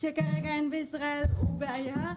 שכרגע אין בישראל הוא בעיה.